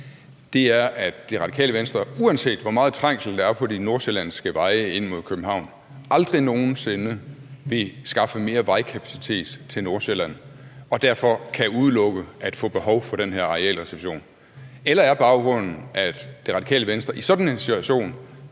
5, er, at Radikale Venstre – uanset hvor meget trængsel der er på de nordsjællandske veje ind mod København – aldrig nogen sinde vil skaffe mere vejkapacitet til Nordsjælland og derfor kan udelukke at få behov for den her arealreservation. Eller om baggrunden er, at Det Radikale Venstre i sådan en situation